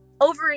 over